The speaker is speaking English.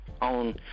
on